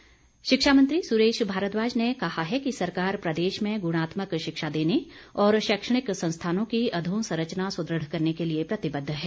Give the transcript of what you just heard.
भारद्वाज शिक्षा मंत्री सुरेश भारद्वाज ने कहा है कि सरकार प्रदेश में गुणात्मक शिक्षा देने और शैक्षणिक संस्थानों की अधोसंरचना सुदृढ़ करने के लिए प्रतिबद्ध है